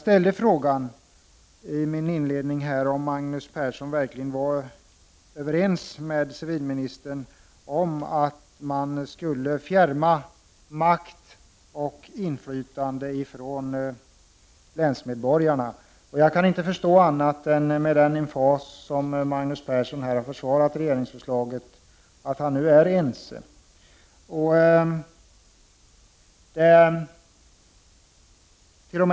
I min inledning frågade jag om Magnus Persson verkligen var överens med civilministern om att man skulle fjärma makt och inflytande från länsmedborgarna. Jag kan inte förstå annat, med tanke på den emfas med vilken Magnus Persson här har försvarat regeringsförslaget, än att han nu är överens med civilministern.